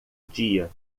dia